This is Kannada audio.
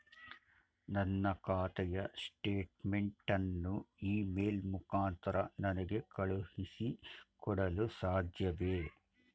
ನನ್ನ ಖಾತೆಯ ಸ್ಟೇಟ್ಮೆಂಟ್ ಅನ್ನು ಇ ಮೇಲ್ ಮುಖಾಂತರ ನನಗೆ ಕಳುಹಿಸಿ ಕೊಡಲು ಸಾಧ್ಯವೇ?